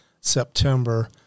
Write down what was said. September